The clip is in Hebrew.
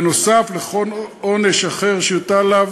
נוסף על כל עונש אחר שיוטל עליו,